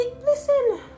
listen